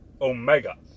Omega